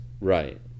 Right